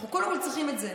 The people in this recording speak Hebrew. אנחנו קודם כול צריכים את זה.